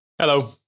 Hello